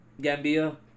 Gambia